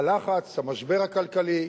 הלחץ, המשבר הכלכלי,